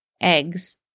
eggs